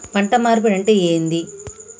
పంట మార్పిడి అంటే ఏంది?